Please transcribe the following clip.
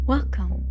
Welcome